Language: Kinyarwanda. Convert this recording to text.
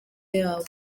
yabo